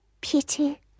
pity